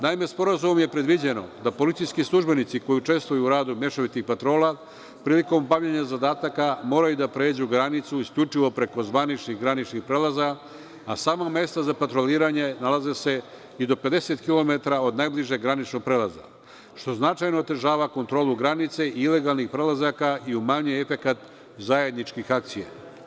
Naime, sporazumom je predviđeno da policijski službenici koji učestvuju u radu mešovitih patrola prilikom obavljanja zadataka moraju da pređu granicu isključivo preko zvaničnih graničnih prelaza, a sama mesta za patroliranje nalaze se i do 50 km od najbližeg graničnog prelaza, što značajno otežava kontrolu granice i ilegalnih prelazaka i umanjuju efekat zajedničkih akcija.